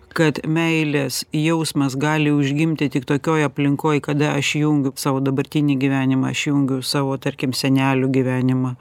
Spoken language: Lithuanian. kad meilės jausmas gali užgimti tik tokioj aplinkoj kada aš jungiu savo dabartinį gyvenimą aš jungiu savo tarkim senelių gyvenimą